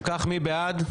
אם כך, מי בעד?